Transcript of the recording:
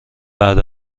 بعد